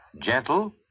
gentle